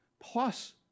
plus